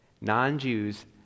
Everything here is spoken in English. Non-Jews